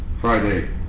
Friday